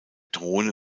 drohne